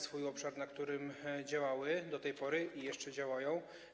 swój obszar, na którym działały do tej pory i jeszcze działają.